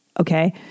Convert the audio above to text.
Okay